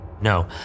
No